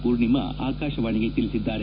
ಪೂರ್ಣಿಮಾ ಅಕಾಶವಾಣಿಗೆ ತಿಳಿಸಿದ್ದಾರೆ